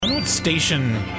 station